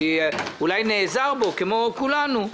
אני אולי נעזר בו כמו כולנו,